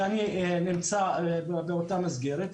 שאני נמצא באותה מסגרת,